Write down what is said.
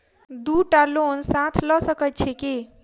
दु टा लोन साथ लऽ सकैत छी की?